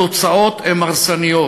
התוצאות הן הרסניות,